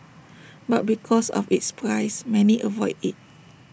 but because of its price many avoid IT